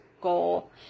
goal